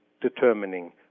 determining